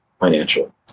financial